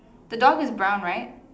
the dog is brown right